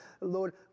Lord